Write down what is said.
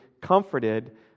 comforted